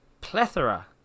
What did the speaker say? plethora